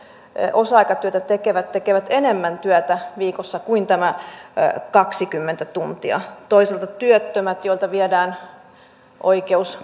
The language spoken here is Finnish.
osa aikatyötä tekevät tekevät enemmän työtä viikossa kuin tämän kaksikymmentä tuntia toisaalta työttömät joilta viedään oikeus